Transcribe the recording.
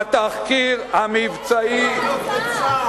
אף אחד לא בא בטענות לצה"ל.